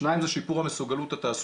השני זה שיפור המסוגלות התעסוקתית.